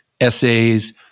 essays